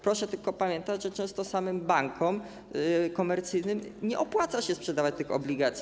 Proszę tylko pamiętać, że często samym bankom komercyjnym nie opłaca się sprzedawać tych obligacji.